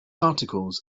articles